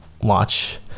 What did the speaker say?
watch